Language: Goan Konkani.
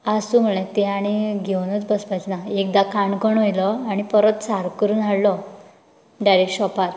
आसूं म्हळें तें आनी घेवनूच बसपाचें ना एकदा काणकोण व्हेलो आनी परत सारको करून हाडलो डायरेक्ट शाॅपार